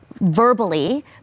verbally